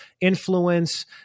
influence